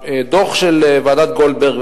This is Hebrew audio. הדוח של ועדת-גולדברג,